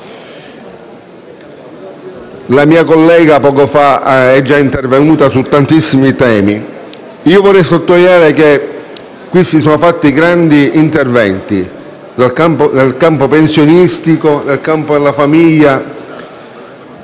La mia collega poco fa è intervenuta su tantissimi temi. Io vorrei sottolineare che sono stati fatti grandi interventi, nei campi pensionistico, della famiglia,